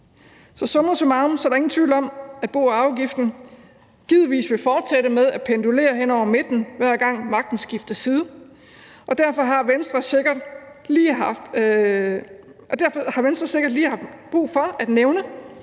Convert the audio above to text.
Så – summa summarum – er der ingen tvivl om, at bo- og arveafgiften givetvis vil fortsætte med at pendulere hen over midten, hver gang magten skifter side, og derfor har Venstre sikkert lige haft brug for at nævne,